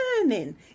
learning